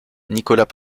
nicolas